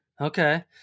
Okay